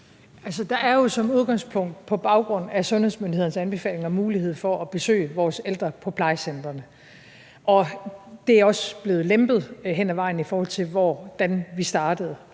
er jo som udgangspunkt på baggrund af sundhedsmyndighedernes anbefalinger mulighed for at besøge vores ældre på plejecentrene, og det er også blevet lempet hen ad vejen, i forhold til hvordan vi startede.